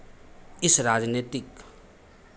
इस राजनैतिक